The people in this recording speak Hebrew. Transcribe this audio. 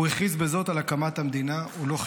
הוא הכריז בזאת על הקמת המדינה, הוא לא חיכה.